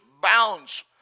bounds